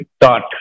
thought